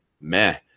meh